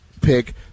pick